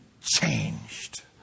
changed